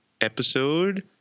Episode